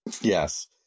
Yes